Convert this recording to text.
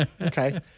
Okay